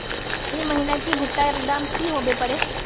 ई महीना की भुट्टा र दाम की होबे परे?